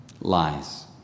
lies